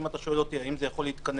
אם אתה שואל אותי אם זה יכול להתכנס